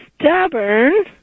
stubborn